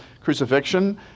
crucifixion